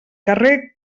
carrer